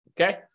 okay